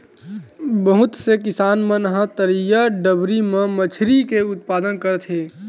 बहुत से किसान मन ह तरईया, डबरी म मछरी के उत्पादन करत हे